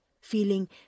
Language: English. feeling